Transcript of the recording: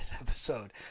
episode